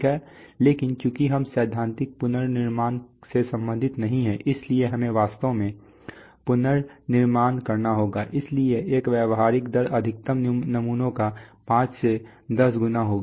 लेकिन चूंकि हम सैद्धांतिक पुनर्निर्माण से संबंधित नहीं हैं इसलिए हमें वास्तव में पुनर्निर्माण करना होगा इसलिए एक व्यावहारिक दर अधिकतम नमूनों का 5 से 10 गुना होगी